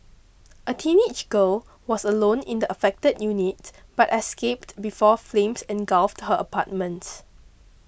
a teenage girl was alone in the affected unit but escaped before flames engulfed her apartment